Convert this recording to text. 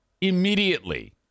Immediately